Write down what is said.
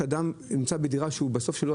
שאדם שנמצא בדירה שלו,